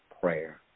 prayer